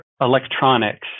Electronics